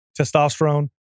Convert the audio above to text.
testosterone